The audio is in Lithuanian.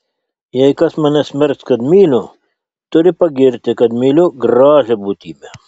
jei kas mane smerks kad myliu turi pagirti kad myliu gražią būtybę